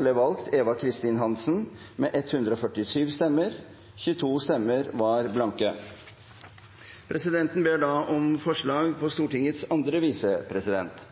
ble valgt Eva Kristin Hansen med 147 stemmer. 22 stemmesedler var blanke. Presidenten ber da om forslag på Stortingets andre visepresident.